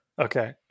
Okay